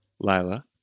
Lila